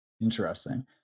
Interesting